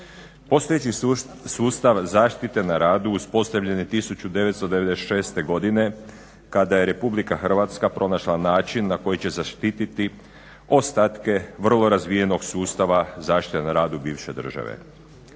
Postojeći sustav zaštite na radu uspostavljen je 1996. godine kada je Republika Hrvatska pronašla način na koji će zaštiti ostatke vrlo razvijenog sustava zaštite na radu bivše države.